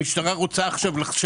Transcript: המשטרה רוצה עכשיו לחשוף?